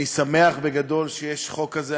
שאני שמח בגדול שיש חוק כזה.